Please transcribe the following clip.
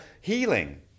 healing